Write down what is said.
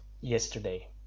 yesterday